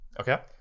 Okay